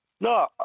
no